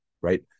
right